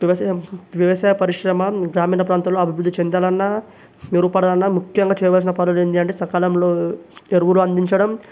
వ్యవసాయం వ్యవసాయ పరిశ్రమ గ్రామీణ ప్రాంతాలలో అభివృద్ధి చెందాలన్నా మెరుగుపడాలన్నా ముఖ్యంగా చేయాల్సిన పనులు ఏంటంటే సకాలంలో ఎరువులు అందించడం